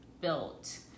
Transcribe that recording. built